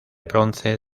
bronce